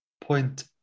point